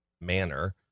manner